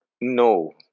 no